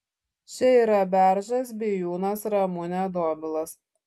čia yra beržas bijūnas ramunė dobilas